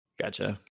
Gotcha